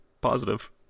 Positive